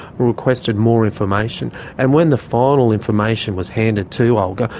requested more information. and when the final information was handed to olgr,